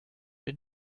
den